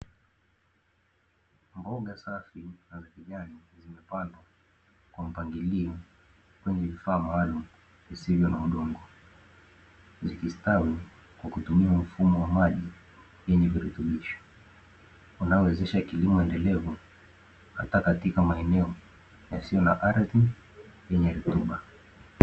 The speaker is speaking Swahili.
Mboga safi na za kijani zimepandwa kwa mpangilio kwenye vifaa maalumu visivyo na udongo. Zikistawi kwa kutumia mfumo wa maji yenye virutubisho, unaowezesha kilimo endelevu hata katika maeneo yasiyo na ardhi yenye rutuba.